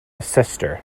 sister